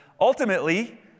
ultimately